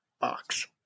box